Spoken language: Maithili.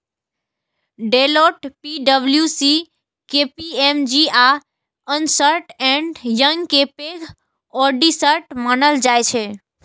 डेलॉएट, पी.डब्ल्यू.सी, के.पी.एम.जी आ अर्न्स्ट एंड यंग कें पैघ ऑडिटर्स मानल जाइ छै